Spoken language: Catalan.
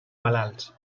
malalts